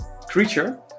creature